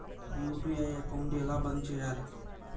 UPI account ఎలా బంద్ చేయాలి?